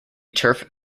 turf